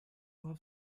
love